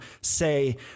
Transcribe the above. say